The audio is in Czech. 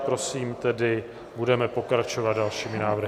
Prosím tedy, budeme pokračovat dalšími návrhy.